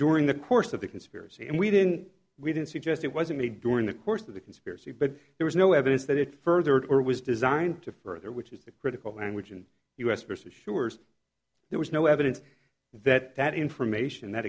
during the course of the conspiracy and we didn't we didn't suggest it wasn't me during the course of the conspiracy but there was no evidence that it furthered or was designed to further which is the critical language and us vs shores there was no evidence that that information that